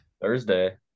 Thursday